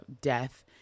death